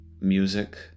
music